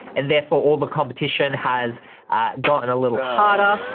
and therefore all the competition has gotten a little harder,